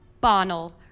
Bonnell